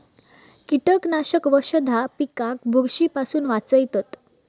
कीटकनाशक वशधा पिकाक बुरशी पासून वाचयतत